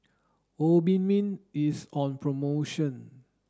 Obimin is on promotion